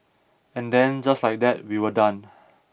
and then just like that we were done